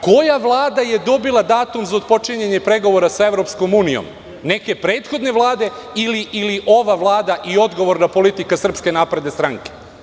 Koja Vlada je dobila datum za otpočinjanje pregovora sa EU, neke prethodne Vlade ili ova vlada i odgovorna politika SNS?